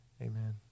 amen